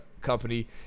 company